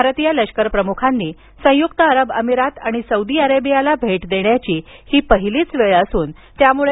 भारतीय लष्कर प्रमुखांनी संयुक्त अरब अमिरात आणि सौदी अरेबियाला भेट देण्याची ही पहिलीच वेळ असून त्यामुळे या राष्ट्रीय दु